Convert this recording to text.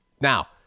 Now